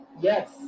Yes